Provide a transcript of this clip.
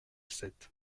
sept